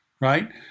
Right